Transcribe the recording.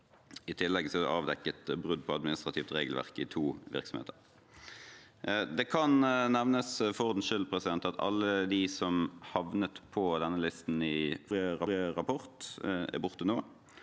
I tillegg er det avdekket brudd på administrativt regelverk i to virksomheter. Det kan nevnes for ordens skyld at alle de som havnet på denne listen i forrige rapport, er borte nå.